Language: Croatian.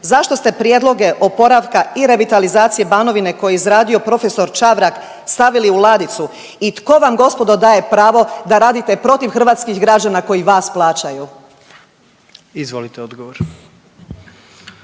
Zašto ste prijedloge oporavka i revitalizacije Banovine koje je izradio profesor Čavrak stavili u ladicu i tko vam gospodo daje pravo da radite protiv hrvatskih građana koji vas plaćaju. **Jandroković,